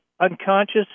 unconscious